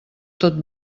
tot